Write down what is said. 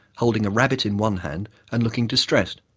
holding a rabbit in one hand and looking distressed.